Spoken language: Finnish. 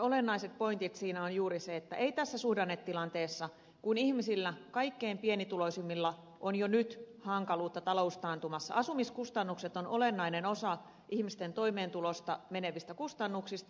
olennainen pointti niissä on juuri se että tässä suhdannetilanteessa kun kaikkein pienituloisimmilla ihmisillä on jo nyt hankaluutta taloustaantumassa asumiskustannukset ovat olennainen osa ihmisten toimeentulosta menevistä kustannuksista